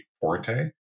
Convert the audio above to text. forte